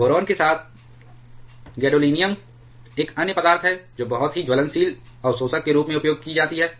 boron के साथ gadolinium एक अन्य पदार्थ है जो बहुत ही ज्वलनशील अवशोषक के रूप में उपयोग की जाती है